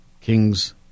King's